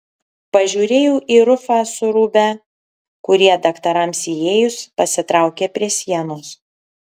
pažiūrėjau į rufą su rūbe kurie daktarams įėjus pasitraukė prie sienos